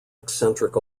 eccentric